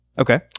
Okay